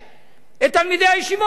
את מספר תלמידי הישיבות שהתגייסו.